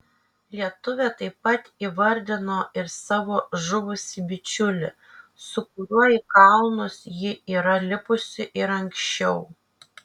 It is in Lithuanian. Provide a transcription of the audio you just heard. lietuvė taip pat įvardino ir savo žuvusį bičiulį su kuriuo į kalnus ji yra lipusi ir anksčiau